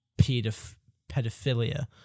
pedophilia